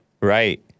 Right